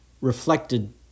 reflected